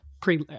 pre